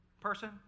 person